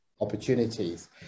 opportunities